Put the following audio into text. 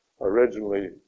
originally